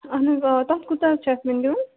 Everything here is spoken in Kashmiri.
اَہَن حظ آ تَتھ کوٗتاہ حظ چھُ اَسہ وۅنۍ دیُن